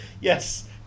Yes